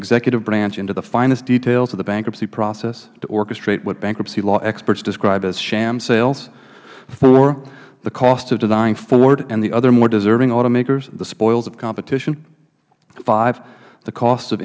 executive branch into the finest details of the bankruptcy process to orchestrate what bankruptcy law experts describe as sham sales four the cost of denying ford and the other more deserving automakers the spoils of competition five the costs of